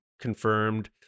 confirmed